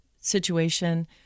situation